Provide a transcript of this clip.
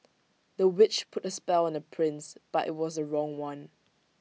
the witch put A spell on the prince but IT was the wrong one